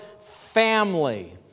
family